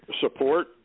support